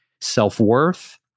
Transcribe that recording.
self-worth